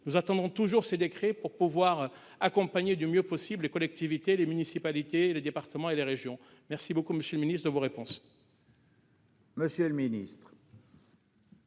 Nous attendons toujours ces décrets pour pouvoir accompagner du mieux possible les collectivités, les municipalités, les départements et les régions. Merci beaucoup monsieur le ministre, de vos réponses. Monsieur le Ministre.